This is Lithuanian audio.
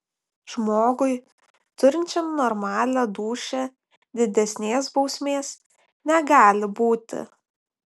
žmogui turinčiam normalią dūšią didesnės bausmės negali būti